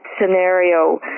scenario